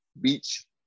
beach